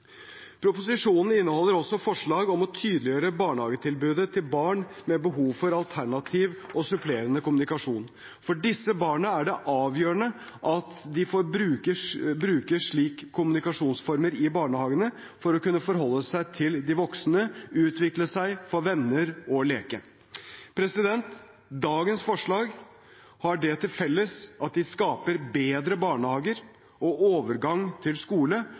Proposisjonen inneholder også forslag om å tydeliggjøre barnehagetilbudet til barn med behov for alternativ og supplerende kommunikasjon. For disse barna er det avgjørende at de får bruke slike kommunikasjonsformer i barnehagen for å kunne forholde seg til de voksne, utvikle seg, få venner og leke. Dagens forslag har det til felles at de skaper bedre barnehager og bedre overgang til skole